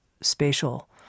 spatial